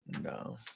No